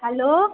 hello